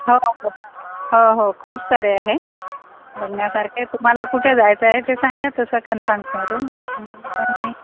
हो हो हो हो खूप सारे आहे बघण्यासारखे तुम्हाला कुठे जायचं आहे ते सांगा तसं कन्फर्म करून मग मी